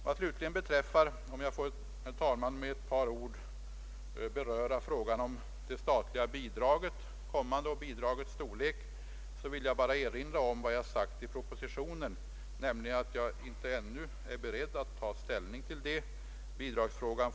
För att med några ord också beröra frågan om det kommande statliga bidraget och dess storlek vill jag bara erinra om det jag har framhållit i propositionen, nämligen att jag inte ännu är beredd att ta ställning till bidragsfrågan.